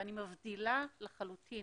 אני מבדילה לחלוטין